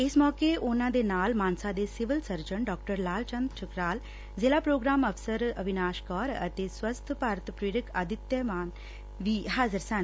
ਇਸ ਮੌਕੇ ਉਨਾਂ ਦੇ ਨਾਲ ਮਾਨਸਾ ਦੇ civil surgeon Dr Lal Chand Thukral ਜ਼ਿਲਾ ਪ੍ਰੋਗਰਾਮ ਅਫ਼ਸਰ ਅਵਿਨਾਸ਼ ਕੋਰ ਅਤੇ ਸਵਸਥ ਭਾਰਤ ਪ੍ਰੇਰਕ ਆਦਿਤਯ ਮਾਨ ਵੀ ਹਾਜ਼ਰ ਸਨ